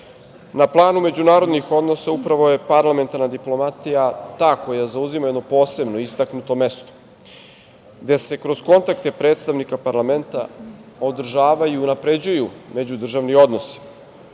planu međunarodnih odnosa, upravo je parlamentarna diplomatija ta koja zauzima jedno posebno, istaknuto mesto, gde se kroz kontakte predstavnika parlamenta održavaju i unapređuju međudržavni odnosi.